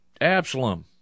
Absalom